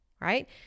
right